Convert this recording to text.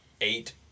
eight